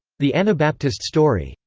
the anabaptist story.